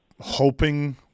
hoping